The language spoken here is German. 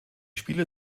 spieler